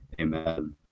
Amen